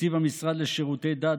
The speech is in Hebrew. תקציב המשרד לשירותי דת,